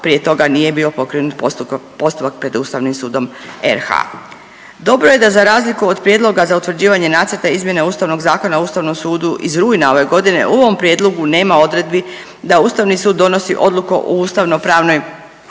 prije toga nije bio pokrenut postupak pred Ustavnim sudom RH. Dobro je da za razliku od prijedloga za utvrđivanje Nacrta izmjene Ustavnog zakona o Ustavnom sudu iz rujna ove godine u ovom prijedlogu nema odredbi sa Ustavni sud donosi odluku o ustavno-pravnoj